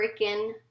freaking